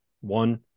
one